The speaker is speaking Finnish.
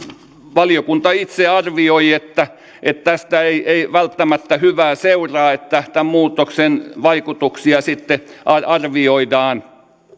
valiokunta itse arvioi että että tästä ei välttämättä hyvää seuraa päätyi esittämään lausumaa että tämän muutoksen vaikutuksia sitten arvioidaan